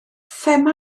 thema